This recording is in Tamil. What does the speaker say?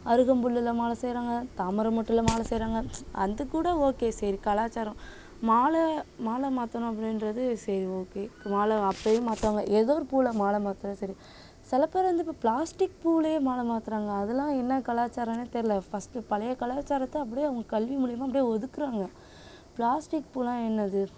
அருகம்புல்லில் மாலை செய்கிறாங்க தாமரை மொட்டில் மாலை செய்கிறாங்க அது கூட ஓகே சரி கலாச்சாரம் மாலை மாலை மாற்றணும் அப்படின்றது சரி ஓகே இப்போ மாலை அப்போயும் மாற்றுவாங்க ஏதோ ஒரு பூவில் மாலை மாற்றுறது சரி சில பேர் வந்து இப்போ பிளாஸ்டிக் பூவில் மாலை மாற்றுறாங்க அதலாம் என்ன கலாச்சாரம்னே தெரில ஃபர்ஸ்ட் பழைய கலாச்சாரத்தை அப்டி அவங்க கல்வி மூலிமா அப்டி ஒதுக்குகிறாங்க பிளாஸ்டிக் பூவெலாம் என்னது